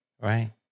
Right